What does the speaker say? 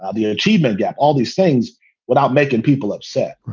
ah the achievement gap, all these things without making people upset. right.